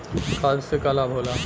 खाद्य से का लाभ होला?